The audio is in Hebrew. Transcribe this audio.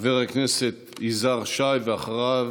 חבר הכנסת יזהר שי, ואחריו,